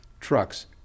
trucks